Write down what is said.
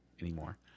anymore